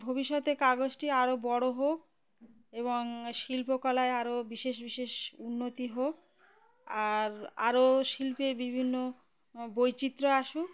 ভবিষ্যতে কাগজটি আরও বড় হোক এবং শিল্পকলায় আরও বিশেষ বিশেষ উন্নতি হোক আর আরও শিল্পে বিভিন্ন বৈচিত্র্য আসুক